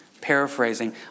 paraphrasing